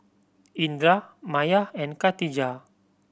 Indra Maya and Katijah